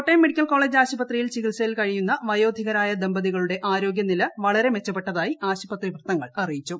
Kottayam medical college ആശുപത്രിയിൽ ചികിൽസയിൽ കഴിയുന്ന വയോധികരായ ദമ്പതികളുടെ ആരോഗ്യ നില വളരെ മെച്ചപ്പെട്ടതായി ആശുപത്രി വൃത്തങ്ങൾ അറിയിച്ചു